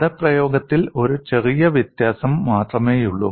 പദപ്രയോഗത്തിൽ ഒരു ചെറിയ വ്യത്യാസം മാത്രമേയുള്ളൂ